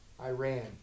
Iran